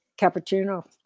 cappuccino